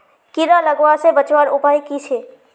कीड़ा लगवा से बचवार उपाय की छे?